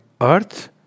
earth